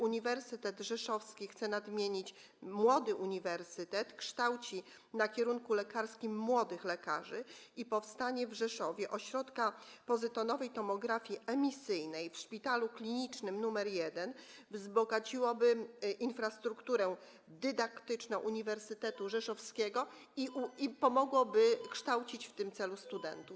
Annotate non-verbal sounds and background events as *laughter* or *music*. Uniwersytet Rzeszowski - chcę nadmienić, że młody uniwersytet - kształci na kierunku lekarskim młodych lekarzy, a powstanie w Rzeszowie ośrodka pozytonowej tomografii emisyjnej w Szpitalu Klinicznym nr 1 wzbogaciłoby infrastrukturę dydaktyczną Uniwersytetu Rzeszowskiego *noise* i pomogłoby kształcić w tym celu studentów.